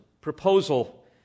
proposal